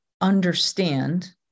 understand